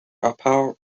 apart